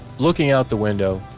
looking out the window,